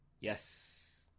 Yes